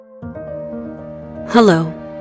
Hello